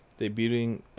Debuting